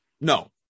No